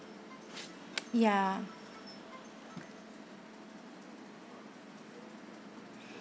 ya